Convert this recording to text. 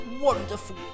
wonderful